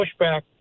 pushback